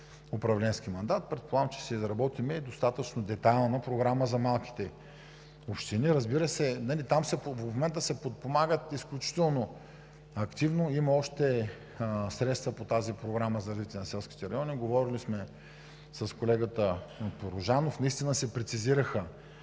управленски мандат предполагам, че ще изработим и достатъчно детайлна програма за малките общини. Разбира се, там ще се подпомагат изключително активно – има още средства по тази Програмата за развитие на селските райони. Говорили сме с колегата Порожанов. Текстовете се прецизираха